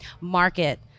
market